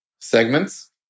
segments